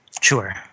Sure